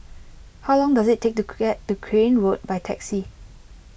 how long does it take to get to Crane Road by taxi